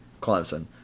Clemson